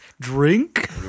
drink